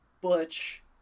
Butch